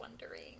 wondering